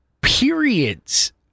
periods